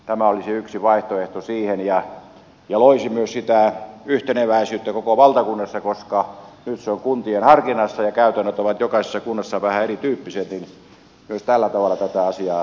tämä olisi yksi vaihtoehto siihen ja loisi myös sitä yhteneväisyyttä koko valtakunnassa koska nyt se on kuntien harkinnassa ja käytännöt ovat jokaisessa kunnassa vähän erityyppiset niin myös tällä tavalla tätä asiaa vietäisiin eteenpäin